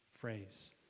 phrase